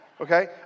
Okay